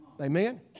Amen